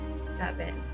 seven